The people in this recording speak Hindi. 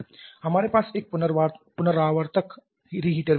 हमारे पास एक पुनरावर्तक भी हो सकता है